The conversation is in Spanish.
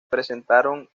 presentaron